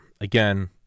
again